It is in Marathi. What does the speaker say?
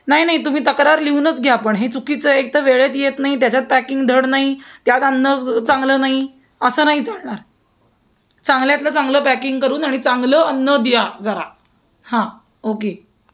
नाही नाही तुम्ही तक्रार लिहूनच घ्या पण हे चुकीचं आहे एकतर वेळेत येत नाही त्याच्यात पॅकिंग धड नाही त्यात अन्न चांगलं नाही असं नाही चालणार चांगल्यातलं चांगलं पॅकिंग करून आणि चांगलं अन्न द्या जरा हां ओके